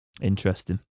interesting